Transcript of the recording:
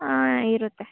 ಹಾಂ ಇರುತ್ತೆ